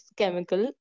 chemical